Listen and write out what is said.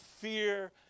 Fear